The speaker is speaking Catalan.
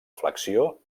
flexió